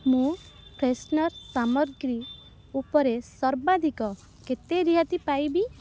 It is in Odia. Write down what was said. ମୁଁ ଫ୍ରେଶ୍ନର୍ ସାମଗ୍ରୀ ଉପରେ ସର୍ବାଧିକ କେତେ ରିହାତି ପାଇବି